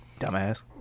dumbass